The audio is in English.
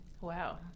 wow